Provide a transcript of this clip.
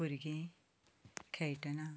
भुरगें खेळटना